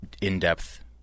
in-depth